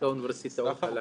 לאוניברסיטאות הללו.